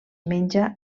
menja